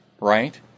right